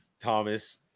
thomas